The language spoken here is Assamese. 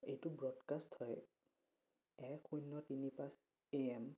এইটো ব্ৰডকাষ্ট হয় এক শূন্য তিনি পাঁচ এ এম